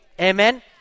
Amen